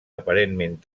aparentment